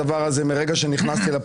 מה שאתה עושה זה הונאה.